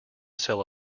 sell